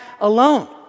alone